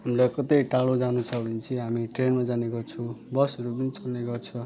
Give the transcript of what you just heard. हामीलाई कतै टाढो जानु छ भने चाहिँ हामी ट्रेनमा जाने गर्छौँ बसहरू पनि चल्ने गर्छ